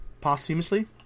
Posthumously